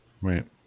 Right